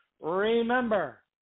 remember